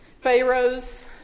Pharaoh's